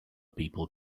people